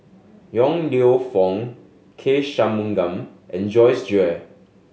Yong Lew Foong K Shanmugam and Joyce Jue